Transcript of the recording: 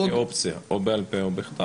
שתהיה אופציה, או בעל פה או בכתב.